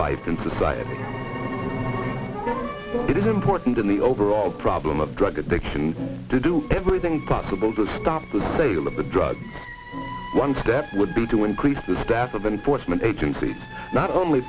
life and society it is important in the overall problem of drug addiction to do everything possible to stop the sale of the drug one step would be to increase the staff of enforcement agencies not only